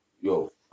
Yo